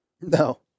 no